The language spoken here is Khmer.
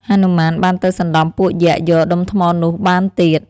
ហនុមានបានទៅសណ្តំពួកយក្សយក ដុំថ្មនោះបានទៀត។